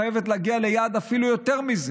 חייבת להגיע ליעד אפילו יותר מזה.